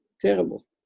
terrible